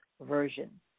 Version